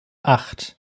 acht